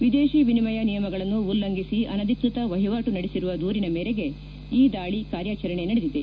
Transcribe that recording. ವಿದೇಶಿ ವಿನಿಮಯ ನಿಯಮಗಳನ್ನು ಉಲ್ಲಂಘಿಸಿ ಅನಧಿಕೃತ ವಹಿವಾಟು ನಡೆಸಿರುವ ದೂರಿನ ಮೇರೆಗೆ ಈ ದಾಳಿ ಕಾರ್ಯಾಚರಣೆ ನಡೆದಿದೆ